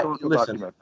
listen